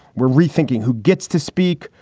we're rethinking who gets to speak,